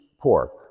pork